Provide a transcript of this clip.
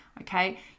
Okay